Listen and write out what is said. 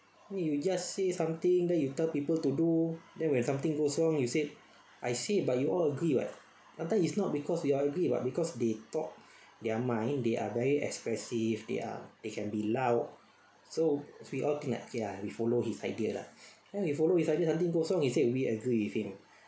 I mean you just say something then you tell people to do then when something goes wrong you said I see but you all agree what sometime is not because we agree about because they thought their mind they are very expressive they are they can be loud so we all connect ya we follow his idea lah then we follow his idea something goes wrong he said we agree with him